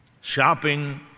shopping